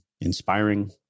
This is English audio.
inspiring